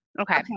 Okay